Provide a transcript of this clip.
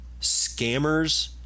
scammers